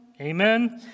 Amen